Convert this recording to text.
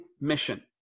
mission